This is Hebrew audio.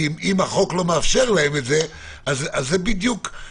כי אם החוק לא מאפשר להם את זה -- -היו הרבה